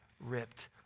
ripped